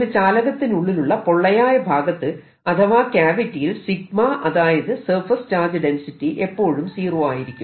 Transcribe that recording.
ഒരു ചാലകത്തിനുള്ളിലുള്ള പൊള്ളയായ ഭാഗത്ത് അഥവാ ക്യാവിറ്റിയിൽ 𝜎 അതായത് സർഫേസ് ചാർജ് ഡെൻസിറ്റി എപ്പോഴും സീറോ ആയിരിക്കും